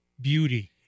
beauty